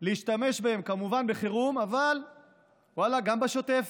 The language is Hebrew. להשתמש בהם כמובן בחירום, אבל ואללה, גם בשוטף.